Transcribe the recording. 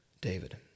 David